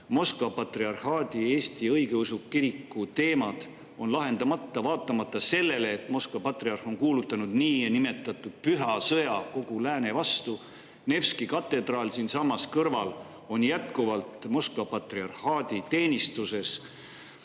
Moskva Patriarhaadi Eesti Õigeusu Kiriku teemad on lahendamata, vaatamata sellele, et Moskva patriarh on kuulutanud niinimetatud püha sõja kogu lääne vastu. Nevski katedraal siinsamas kõrval on jätkuvalt Moskva patriarhaadi teenistuses.